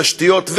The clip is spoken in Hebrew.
תשתיות,